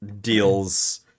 deals